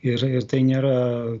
ir ir tai nėra